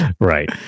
Right